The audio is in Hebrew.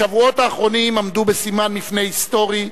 השבועות האחרונים עמדו בסימן מפנה היסטורי,